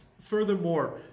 furthermore